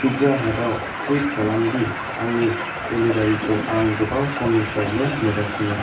पिज्जाहाताव टुइट खालामदि आंनि देलिभारिखौ आं गोबाव समनिफ्रायनो नेगासिनो